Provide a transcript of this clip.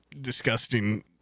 disgusting